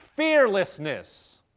Fearlessness